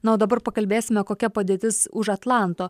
na o dabar pakalbėsime kokia padėtis už atlanto